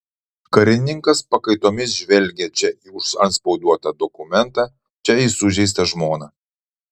karininkas pakaitomis žvelgė čia į užantspauduotą dokumentą čia į sužeistą žmoną